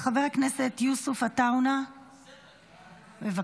חבר הכנסת יוסף עטאונה, בבקשה.